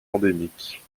endémiques